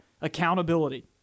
accountability